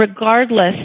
regardless